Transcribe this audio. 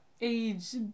age